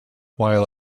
while